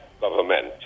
government